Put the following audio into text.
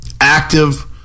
active